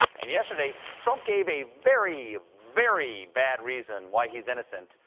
and yesterday, trump gave a very very bad reason why he's innocent,